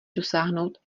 dosáhnout